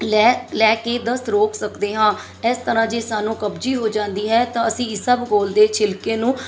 ਲੈ ਲੈ ਕੇ ਦਸਤ ਰੋਕ ਸਕਦੇ ਹਾਂ ਇਸ ਤਰ੍ਹਾਂ ਜੇ ਸਾਨੂੰ ਕਬਜੀ ਹੋ ਜਾਂਦੀ ਹੈ ਤਾਂ ਅਸੀਂ ਇਸਬਗੋਲ ਦੇ ਛਿਲਕੇ ਨੂੰ